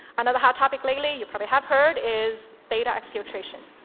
another hot topic lately, you probably have heard, is data exfiltration.